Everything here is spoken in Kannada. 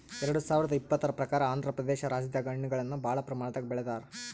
ಎರಡ ಸಾವಿರದ್ ಇಪ್ಪತರ್ ಪ್ರಕಾರ್ ಆಂಧ್ರಪ್ರದೇಶ ರಾಜ್ಯದಾಗ್ ಹಣ್ಣಗಳನ್ನ್ ಭಾಳ್ ಪ್ರಮಾಣದಾಗ್ ಬೆಳದಾರ್